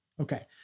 Okay